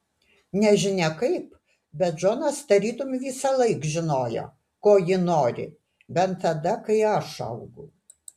nežinia kaip bet džonas tarytum visąlaik žinojo ko ji nori bent tada kai aš augau